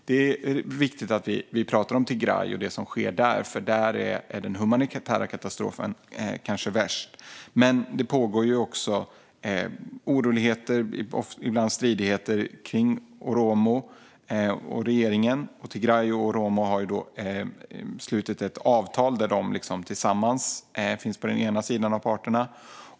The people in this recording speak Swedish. Det är viktigt att vi pratar om Tigray och det som sker där, för där är den humanitära katastrofen kanske värst. Men det pågår oroligheter, ibland stridigheter, också när det gäller oromo och regeringen. Tigray och oromofolket har slutit ett avtal, där de tillsammans finns på den ena sidan.